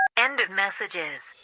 end of messages